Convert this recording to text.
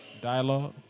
Dialogue